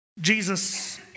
Jesus